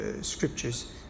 scriptures